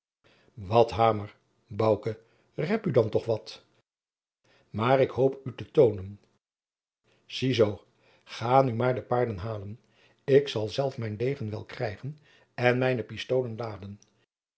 wat hamer bouke rep u dan toch wat maar ik hoop u te toonen zie zoo ga nu maar de paarden halen ik zal zelf mijn degen wel krijgen en mijne pistolen laden